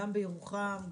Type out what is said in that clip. גם בירוחם,